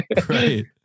Great